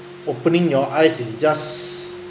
opening your eyes is just